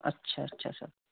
اچھا اچھا سر